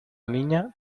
niña